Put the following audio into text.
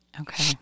Okay